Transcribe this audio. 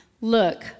look